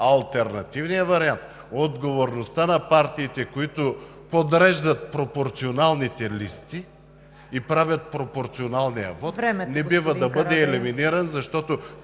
а алтернативният вариант – отговорността на партиите, които подреждат пропорционалните листи и правят пропорционалния вот, не бива да бъде елиминиран, защото